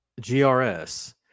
GRS